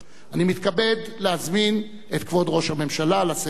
אני מתכבד להזמין את כבוד ראש הממשלה לשאת את דבריו.